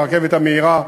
הרכבת המהירה,